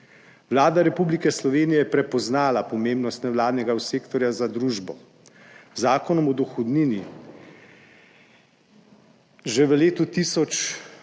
Vlada Republike Slovenije je prepoznala pomembnost nevladnega sektorja za družbo. Z Zakonom o dohodnini že v letu